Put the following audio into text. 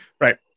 Right